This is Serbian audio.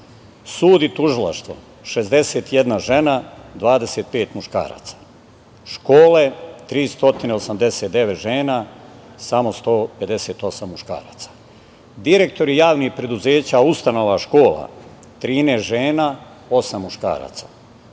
sud i tužilaštvo - 61 žena, 25 muškaraca; škole - 389 žena, samo 158 muškaraca; direktori javnih preduzeća, ustanova, škola - 13 žena, osam muškaraca;